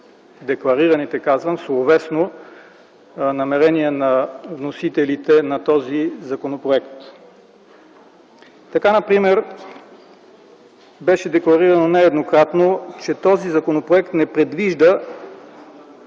декларираните словесно, намерения на вносителите на този законопроект. Така например беше декларирано нееднократно, че законопроектът не предвижда